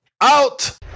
Out